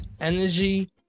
energy